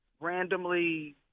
randomly